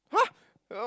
!huh! uh